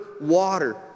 water